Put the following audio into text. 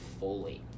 folate